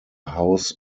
house